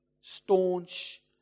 staunch